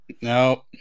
no